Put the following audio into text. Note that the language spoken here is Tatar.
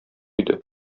иде